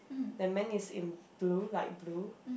the man is in blue like blue